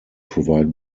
provide